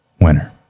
winner